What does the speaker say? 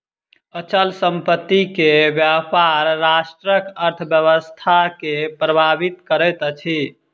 अचल संपत्ति के व्यापार राष्ट्रक अर्थव्यवस्था के प्रभावित करैत अछि